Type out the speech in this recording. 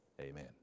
Amen